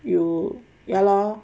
you you ya lor